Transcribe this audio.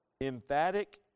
emphatic